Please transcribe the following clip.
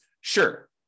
Sure